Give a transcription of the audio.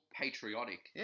patriotic